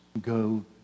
go